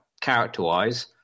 character-wise